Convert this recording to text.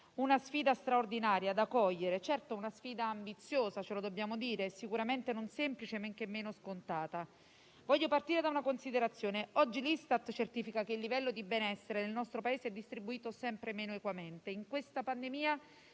una sfida straordinaria da cogliere. Certo, una sfida ambiziosa - ce lo dobbiamo dire - sicuramente non semplice, men che meno scontata. Voglio partire da una considerazione: oggi l'Istat certifica che il livello di benessere nel nostro Paese è distribuito sempre meno equamente. In questa pandemia